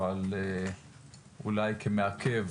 אבל אולי כמעכב